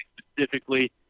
specifically